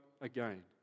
again